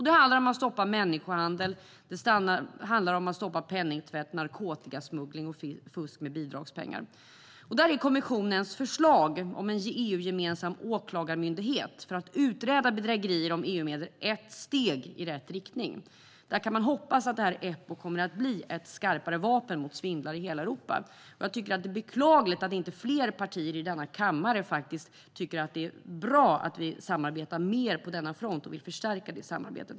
Det handlar om att stoppa människohandel, penningtvätt, narkotikasmuggling och fusk med bidragspengar. Jag tycker att det är beklagligt att inte fler partier i denna kammare tycker att det är bra att vi samarbetar mer på denna front och vill förstärka det samarbetet.